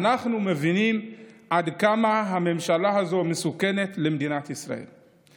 אנחנו מבינים עד כמה הממשלה הזו מסוכנת למדינת ישראל.